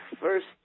First